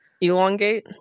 elongate